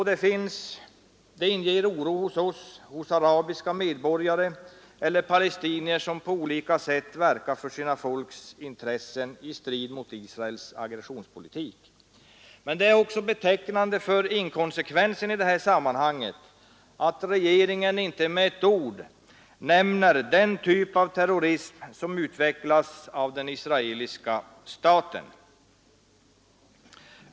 Det inger oro hos oss och hos arabiska medborgare och palestinier som på olika sätt verkar för sina folks intressen i strid mot Israels aggressionspolitik. Det är betecknande för inkonsekvensen i det här sammanhanget att regeringen inte med ett ord nämner den typ av terrorism som utvecklas av den israeliska staten.